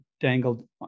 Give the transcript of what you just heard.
dangled